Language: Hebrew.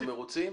הם מרוצים?